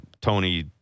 Tony